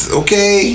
okay